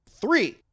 Three